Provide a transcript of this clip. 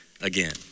again